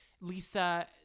Lisa